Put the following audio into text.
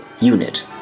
unit